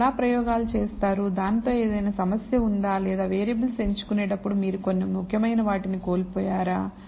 మీరు ఎలా ప్రయోగాలు చేసారు దానితో ఏదైనా సమస్య ఉందా లేదా వేరియబుల్స్ ఎంచుకునేటప్పుడు మీరు కొన్ని ముఖ్యమైన వాటిని కోల్పోయారా